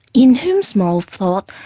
in hume's moral thought,